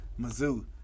Mizzou